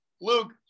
Luke